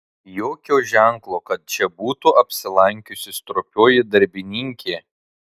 jokio ženklo kad čia būtų apsilankiusi stropioji darbininkė